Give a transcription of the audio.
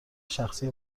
شخصی